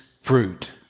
fruit